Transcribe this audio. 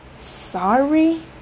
sorry